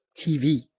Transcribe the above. TV